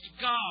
God